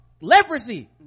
leprosy